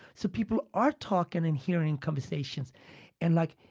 so people are talking and hearing conversations and like